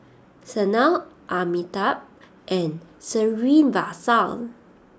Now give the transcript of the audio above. Sanal Amitabh and Srinivasa